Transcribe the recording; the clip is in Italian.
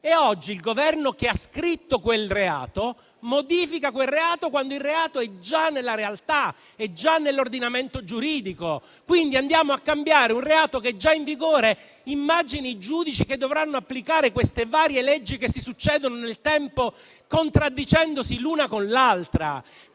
e oggi il Governo che ha scritto quel reato lo modifica quando è già nella realtà, è già nell'ordinamento giuridico. Quindi andiamo a cambiare un reato che è già in vigore. Immagini che i giudici dovranno applicare queste varie leggi che si succedono nel tempo, contraddicendosi l'una con l'altra.